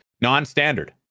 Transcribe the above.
non-standard